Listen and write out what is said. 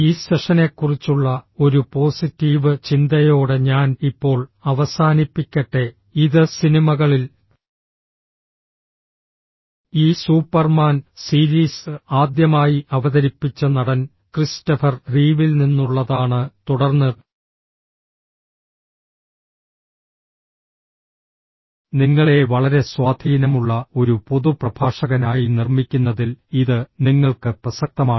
ഈ സെഷനെക്കുറിച്ചുള്ള ഒരു പോസിറ്റീവ് ചിന്തയോടെ ഞാൻ ഇപ്പോൾ അവസാനിപ്പിക്കട്ടെ ഇത് സിനിമകളിൽ ഈ സൂപ്പർമാൻ സീരീസ് ആദ്യമായി അവതരിപ്പിച്ച നടൻ ക്രിസ്റ്റഫർ റീവിൽ നിന്നുള്ളതാണ് തുടർന്ന് നിങ്ങളെ വളരെ സ്വാധീനമുള്ള ഒരു പൊതു പ്രഭാഷകനായി നിർമ്മിക്കുന്നതിൽ ഇത് നിങ്ങൾക്ക് പ്രസക്തമാണ്